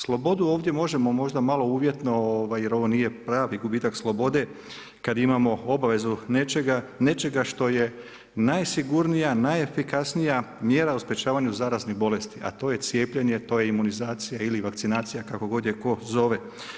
Slobodu ovdje možemo možda malo uvjetno, jer ovo nije pravi gubitak slobode kad imamo obvezu nečega, nečega što je najsigurnija, najefikasnija mjera u sprječavanju zaraznih bolesti, a to je cijepljenje, to je cijepljenje, to je imunizacija ili vakcinacija kako god je tko zove.